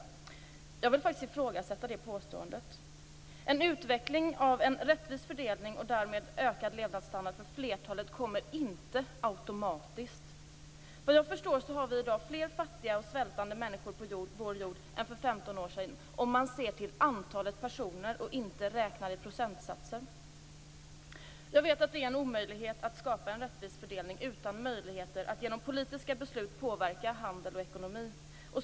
Jag vill faktiskt ifrågasätta det påståendet. En utveckling av en rättvis fördelning, och därmed ökad levnadsstandard för flertalet kommer inte automatiskt. Vad jag förstår har vi i dag fler fattiga och svältande människor på vår jord än för 15 år sedan om man ser till antalet personer och inte räknar i procentsatser. Jag vet att det är en omöjlighet att skapa en rättvis fördelning utan möjligheter att genom politiska beslut påverka handel och ekonomi.